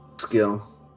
Skill